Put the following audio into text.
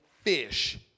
fish